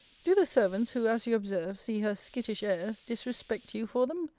do the servants, who, as you observe, see her skittish airs, disrespect you for them?